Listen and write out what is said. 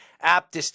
app